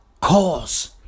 cause